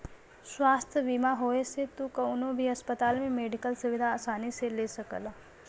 स्वास्थ्य बीमा होये से तू कउनो भी अस्पताल में मेडिकल सुविधा आसानी से ले सकला